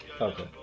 Okay